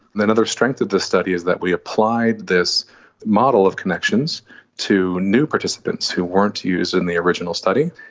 another strength of this study is that we applied this model of connections to new participants who weren't used in the original study,